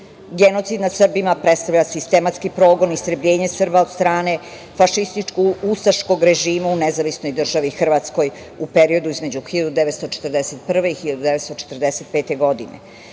koži. Genocid nad Srbima predstavlja sistematski progon i istrebljenje Srba od strane fašističko-ustaškog režima u Nezavisnoj Državi Hrvatskoj u periodu između 1941. i 1945. godine.